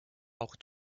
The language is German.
auch